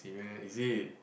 really meh is it